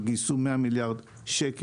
חברות גייסו 100 מיליארד שקל,